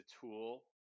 tool